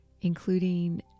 including